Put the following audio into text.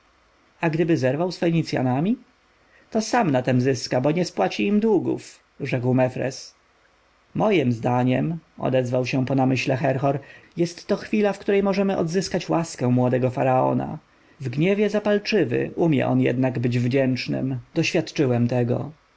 a gdyby zerwał z fenicjanami to sam na tem zyska bo im nie spłaci długów rzekł mefres mojem zdaniem odezwał się po namyśle herhor jest to chwila w której możemy odzyskać łaskę młodego faraona w gniewie zapalczywy umie on jednak być wdzięcznym doświadczyłem tego